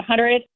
100